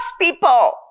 people